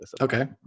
Okay